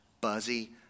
buzzy